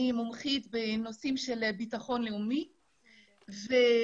אני מומחית בנושאים של ביטחון לאומי ובזכות